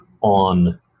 on